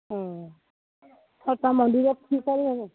অ তাৰপৰা মন্দিৰত কি ফল ল'ব